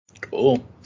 Cool